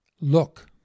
Look